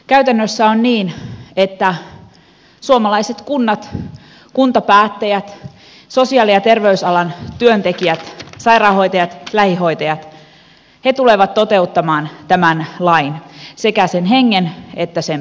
käytännössä on niin että suomalaiset kunnat kuntapäättäjät sosiaali ja terveysalan työntekijät sairaanhoitajat lähihoitajat tulevat toteuttamaan tämän lain sekä sen hengen että sen pykälät